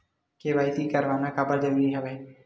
KYC करवाना काबर जरूरी हवय?